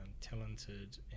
talented